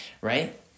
right